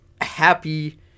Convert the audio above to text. happy